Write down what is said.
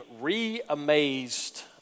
re-amazed